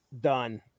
done